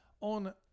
on